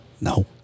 No